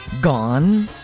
Gone